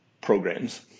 programs